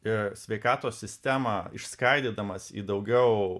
i sveikatos sistemą išskaidydamas į daugiau